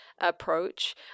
approach